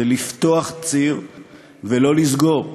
זה לפתוח ציר ולא לסגור.